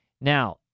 Now